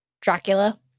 Dracula